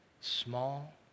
small